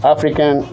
African